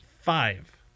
Five